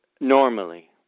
normally